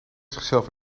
zichzelf